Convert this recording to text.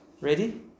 ready